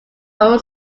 own